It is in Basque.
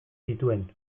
zituen